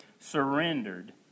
surrendered